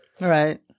Right